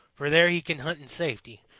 for there he can hunt in safety,